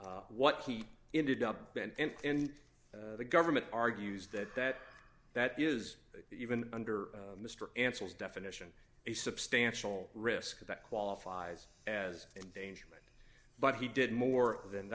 what he ended up and the government argues that that that is even under mr answers definition a substantial risk that qualifies as endangerment but he did more than